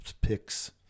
picks